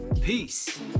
Peace